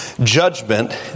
judgment